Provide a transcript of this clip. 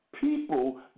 people